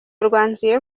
rwanzuye